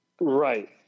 Right